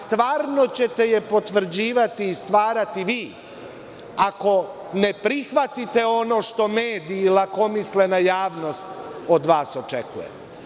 Stvarno ćete je potvrđivati i stvarati vi, ako ne prihvatite ono što mediji i lakomislena javnost od vas očekuju.